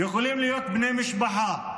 יכולים להיות בני משפחה,